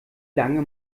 lange